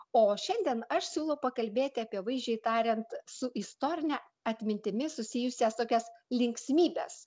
o šiandien aš siūlau pakalbėti apie vaizdžiai tariant su istorine atmintimi susijusias tokias linksmybes